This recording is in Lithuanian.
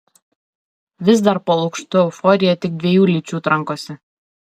vis dar po lukštu euforija tik dviejų lyčių trankosi